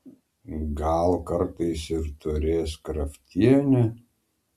gal kartais ir turės kraftienė